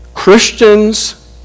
Christians